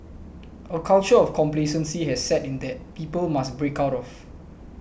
a culture of complacency has set in that people must break out of